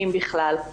אם בכלל.